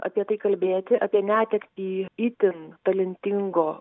apie tai kalbėti apie netektį itin talentingo